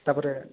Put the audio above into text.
ତା'ପରେ